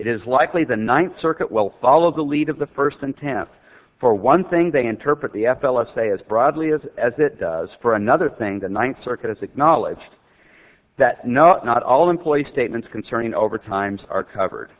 is likely the ninth circuit will follow the lead of the first intent for one thing they interpret the f l s say as broadly as as it does for another thing the ninth circuit has acknowledged that no not all employees statements concerning overtimes are covered